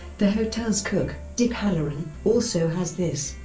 the hotel's cook, dick hallorann, also has this